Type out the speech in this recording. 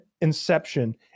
inception